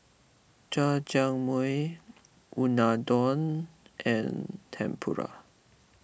Jajangmyeon Unadon and Tempura